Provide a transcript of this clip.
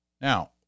Now